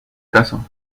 caso